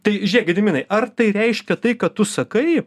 tai žiūrėk gediminai ar tai reiškia tai kad tu sakai